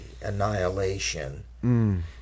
Annihilation